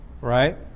Right